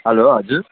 hello हजुर